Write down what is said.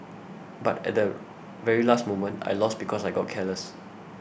but at the very last moment I lost because I got careless